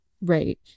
Right